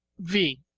v.